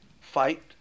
fight